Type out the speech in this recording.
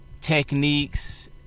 techniques